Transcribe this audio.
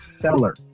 seller